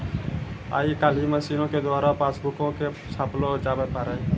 आइ काल्हि मशीनो के द्वारा पासबुको के छापलो जावै पारै